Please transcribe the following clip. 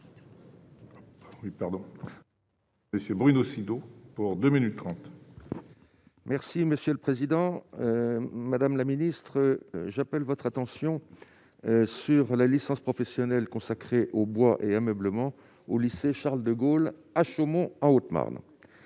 et de l'innovation. Madame la ministre, j'appelle votre attention sur la licence professionnelle consacrée au bois et à l'ameublement du lycée Charles-de-Gaulle de Chaumont, en Haute-Marne.